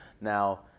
Now